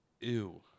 Ew